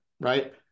right